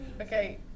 Okay